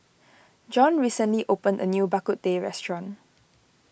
John recently opened a new Bak Kut Teh restaurant